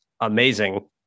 amazing